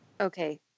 Okay